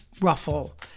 ruffle